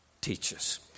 teaches